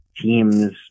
teams